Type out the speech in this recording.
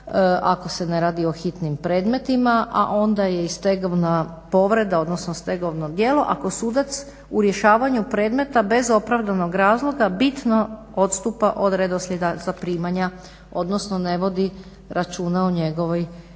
ako se ne radi o hitnim predmetima, a onda je i stegovna povreda, odnosno stegovno djelo ako sudac u rješavanju predmeta bez opravdanog razloga bitno odstupa od redoslijeda zaprimanja, odnosno ne vodi računa o njegovoj